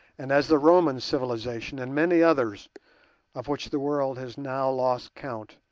and as the roman civilization and many others of which the world has now lost count,